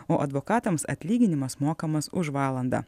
o advokatams atlyginimas mokamas už valandą